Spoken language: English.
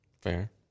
Fair